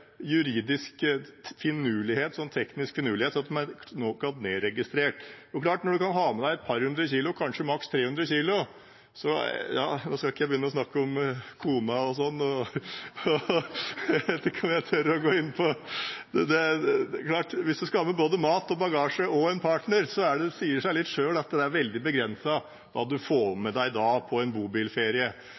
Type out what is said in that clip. at når man bare kan ha med seg et par hundre kilo, kanskje maks 300 kilo – nå skal ikke jeg begynne å snakke om kona og sånn, det vet jeg ikke om jeg tør å gå inn på – hvis man skal ha med seg både mat, bagasje og en partner, sier det seg litt selv at det er veldig begrenset hva man får seg på en bobilferie. Det må i så fall bli en slanketur hvis man skal på bobilferie